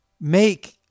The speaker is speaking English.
Make